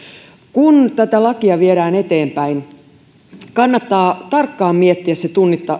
kun tätä lakia viedään eteenpäin kannattaa tarkkaan miettiä se